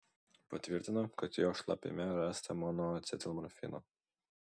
patvirtino kad jo šlapime rasta monoacetilmorfino